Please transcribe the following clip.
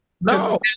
No